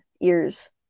ears